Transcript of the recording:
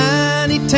tiny